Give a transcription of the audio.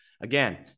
Again